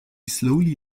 slowly